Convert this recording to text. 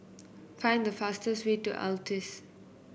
find the fastest way to Altez